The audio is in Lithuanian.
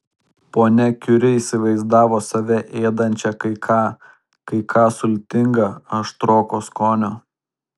ponia kiuri įsivaizdavo save ėdančią kai ką kai ką sultinga aštroko skonio